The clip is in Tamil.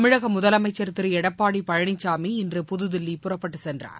தமிழக முதலமைச்சர் திரு எடப்பாடி பழனிசாமி இன்று புதுதில்லி புறப்பட்டுச் சென்றார்